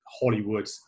Hollywood